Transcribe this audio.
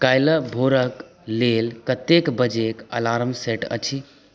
काल्हि भोरके लेल कतेक बजेके अलार्म सेट अछि